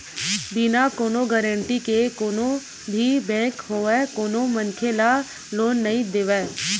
बिना कोनो गारेंटर के कोनो भी बेंक होवय कोनो मनखे ल लोन नइ देवय